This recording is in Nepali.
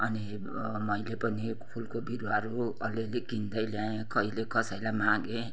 अनि मैले पनि फुलको बिरुवाहरू अलिअलि किन्दै ल्याएँ कहिले कसैलाई मागेँ